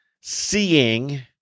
seeing